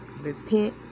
repent